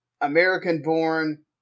American-born